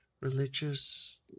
religious